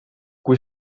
kui